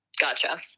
Gotcha